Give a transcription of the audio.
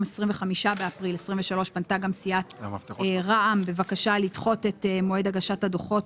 25 באפריל 2023 פנתה גם סיעת רע"מ בבקשה לדחות את מועד הגשת הדוחות